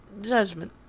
Judgment